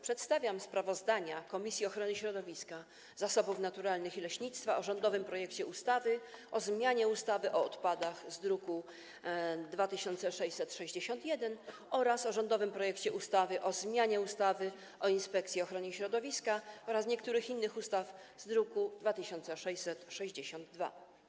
Przedstawiam sprawozdania Komisji Ochrony Środowiska, Zasobów Naturalnych i Leśnictwa: o rządowym projekcie ustawy o zmianie ustawy o odpadach z druku nr 2661 oraz o rządowym projekcie ustawy o zmianie ustawy o Inspekcji Ochrony Środowiska oraz niektórych innych ustaw z druku nr 2662.